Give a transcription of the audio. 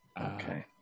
Okay